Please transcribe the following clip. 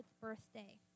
birthday